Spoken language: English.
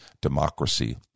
democracy